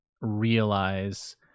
realize